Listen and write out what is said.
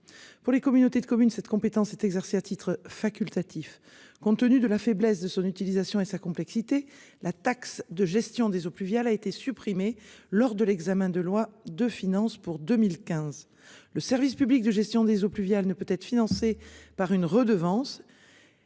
pour les communautés de communes cette compétence est exercée à titre facultatif. Compte tenu de la faiblesse de son utilisation et sa complexité la taxe de gestion des eaux pluviales a été supprimé. Lors de l'examen de loi de finances pour 2015, le service public de gestion des eaux pluviales, ne peut être financé par une redevance.